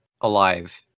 Alive